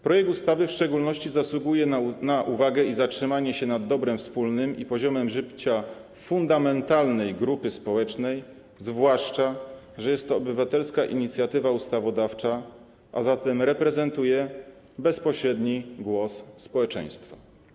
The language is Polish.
Projekt ustawy w szczególności zasługuje na uwagę, jeśli chodzi o pochylenie się nad dobrem wspólnym i poziomem życia fundamentalnej grupy społecznej, zwłaszcza że jest to obywatelska inicjatywa ustawodawcza, a zatem reprezentuje ona bezpośredni głos społeczeństwa.